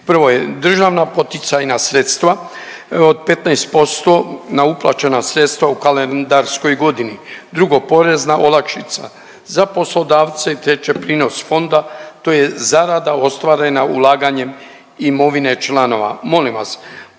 prvo je državna poticajna sredstva od 15% na uplaćena sredstva u kalendarskoj godini. Drugo, porezna olakšica za poslodavce i treće prinos fonda. To je zarada ostvarena ulaganjem imovine članova.